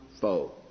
foe